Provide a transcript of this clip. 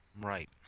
right